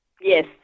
Yes